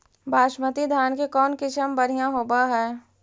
बासमती धान के कौन किसम बँढ़िया होब है?